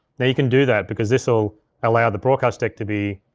now you can do that, because this'll allow the broadcast deck to be